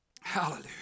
hallelujah